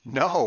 no